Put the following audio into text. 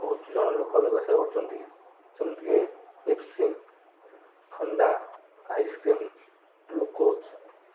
ବହୁତ ଜଣ ଲୋକ ବ୍ୟବସାୟ କରୁଛନ୍ତି ଯେମିତିକି ପେପ୍ସି ଥଣ୍ଡା ଆଇସ୍କ୍ରିମ୍ ଗ୍ଲୁକୋଜ